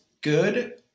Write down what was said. good